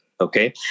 Okay